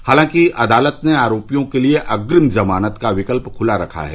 हालांकि अदालत ने आरोपियों के लिये अंग्रिम ज़मानत का विकल्प खुला रखा है